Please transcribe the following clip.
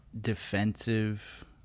defensive